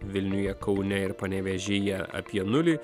vilniuje kaune ir panevėžyje apie nulį